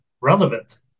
relevant